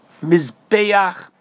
Mizbeach